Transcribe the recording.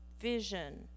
vision